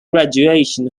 graduation